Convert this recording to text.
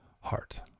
heart